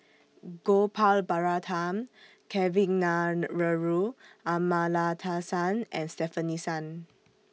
Gopal Baratham Kavignareru Amallathasan and Stefanie Sun